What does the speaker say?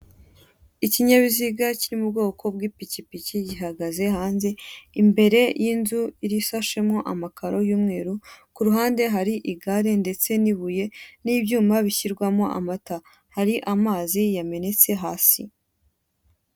Ikinyabiziga kiri mu bwoko bw'ipikipiki gihagaze hanze imbere y'inzu isashemo amakaro y'umweru ku ruhande hari igare ndetse n'ibuye n'ibyuma bishyirwamo amata hari amazi yamenetse hasi.